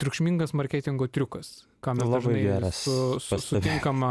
triukšmingas marketingo triukas ką mes dažnai su sutinkama